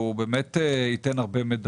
והוא באמת ייתן הרבה מידע.